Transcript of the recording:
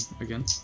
again